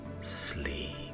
sleep